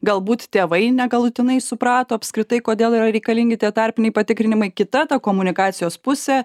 galbūt tėvai ne galutinai suprato apskritai kodėl yra reikalingi tie tarpiniai patikrinimai kita ta komunikacijos pusė